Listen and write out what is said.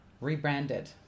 rebranded